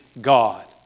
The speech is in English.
God